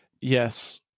Yes